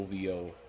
OVO